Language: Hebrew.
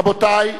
רבותי,